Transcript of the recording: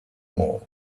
more